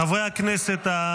חברי הכנסת,